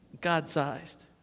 God-sized